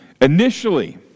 Initially